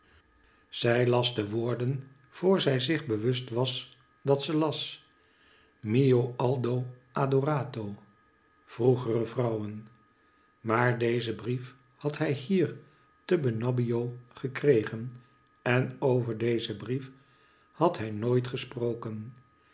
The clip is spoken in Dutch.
zij las de woorden voor zij zich bewust was dat zij ze las mio aldo adorato vroegere vrouwen maar dezen brief had hij hier te benabbio gekregen en over dezen brief had hij nooit gesproken